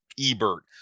Ebert